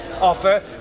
offer